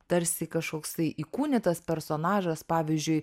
tarsi kažkoks tai įkūnytas personažas pavyzdžiui